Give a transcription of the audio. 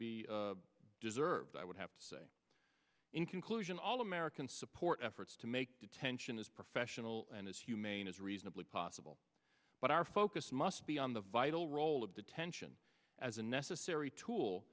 be deserved i would have to say in conclusion all americans support efforts to make detention as professional and as humane as reasonably possible but our focus must be on the vital role of detention as a necessary tool